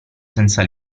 senza